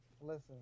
listen